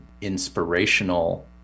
inspirational